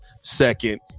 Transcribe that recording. second